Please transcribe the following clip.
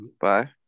Bye